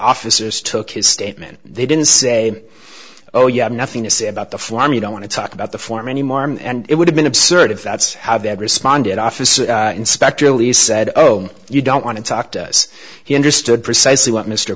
officers took his statement they didn't say oh you have nothing to say about the flarm you don't want to talk about the form anymore and it would have been absurd if that's how they had responded officer inspector least said oh you don't want to talk to us he understood precisely what mr